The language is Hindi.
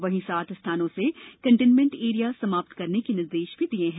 वहीं सात स्थानों से कंटेनमेंट एरिया समाप्त करने के निर्देश भी दिये हैं